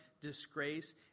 disgrace